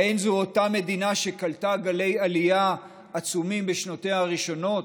האין זו אותה מדינה שקלטה גלי עלייה עצומים בשנותיה הראשונות?